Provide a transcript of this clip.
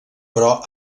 però